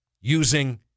using